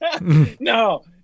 No